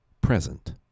present